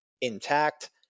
intact